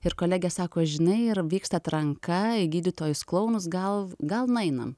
ir kolegė sako žinai ir vyksta atranka į gydytojus klounus gal gal nueinam